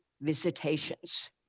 visitations